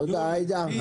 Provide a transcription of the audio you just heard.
תודה עאידה.